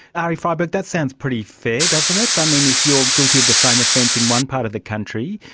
arie freiberg, that sounds pretty fair, doesn't it. i mean, if you are guilty of the same offence in one part of the country,